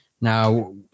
Now